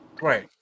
Right